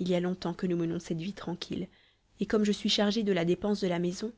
il y a longtemps que nous menons cette vie tranquille et comme je suis chargée de la dépense de la maison